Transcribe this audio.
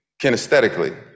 kinesthetically